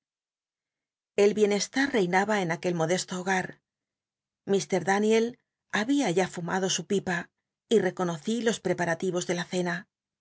el bienestar rein llj t en aquel modesto hogat ilr daniel babia ya fumado su pipa y tcconocí los l'eparathos de la cena